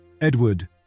Edward